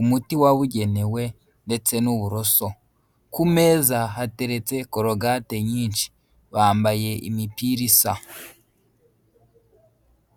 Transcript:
umuti wabugenewe ndetse n'uburoso, ku meza hateretse korogate nyinshi bambaye imipiri isa.